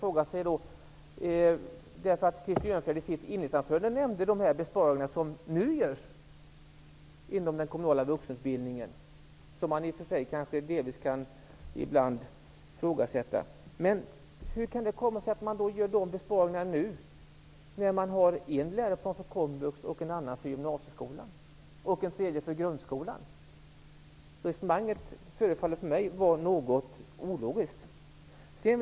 Krister Örnfjäder nämnde i sitt inledningsanförande de besparingar som nu görs inom den kommunala vuxenutbildningen -- de kan i och för sig ibland ifrågasättas. Mot den bakgrunden kan man fråga: Hur kan det komma sig att dessa besparingar görs nu, när det finns en läroplan för komvux, en annan för gymnasieskolan och en tredje för grundskolan? För mig förefaller resonemanget vara något ologiskt.